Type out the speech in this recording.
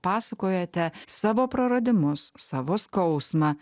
pasakojate savo praradimus savo skausmą